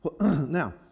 Now